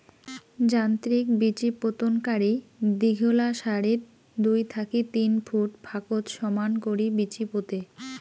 যান্ত্রিক বিচিপোতনকারী দীঘলা সারিত দুই থাকি তিন ফুট ফাকত সমান করি বিচি পোতে